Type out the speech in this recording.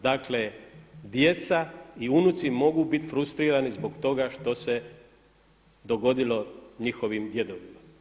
Dakle, djeca i unuci mogu bit frustrirani zbog toga što se dogodilo njihovim djedovima.